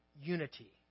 unity